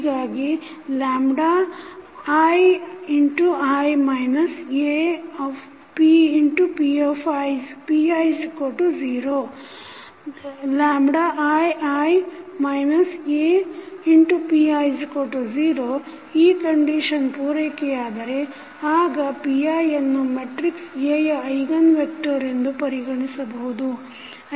ಹೀಗಾಗಿ iI Api0 iI Api0 ಈ condition ಪೂರೈಕೆಯಾದರೆ ಆಗ piಯನ್ನು ಮಟ್ರಿಕ್ಸ್ Aಯ ಐಗನ್ ವೆಕ್ಟರ್ ಎಂದು ಪರಿಗಣಿಸಬಹುದು